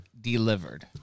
delivered